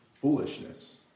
foolishness